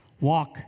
walk